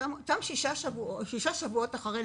אותם שישה שבועות לאחר לידה.